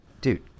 Dude